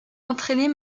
entraînait